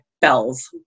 bells